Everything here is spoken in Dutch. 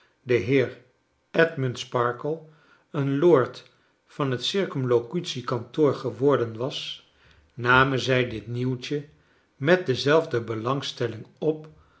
de heer edmund sparkler een lord van het circumlocutie kantoor geworden was namen zij dit nieuwtje met dezelfde belangstelling op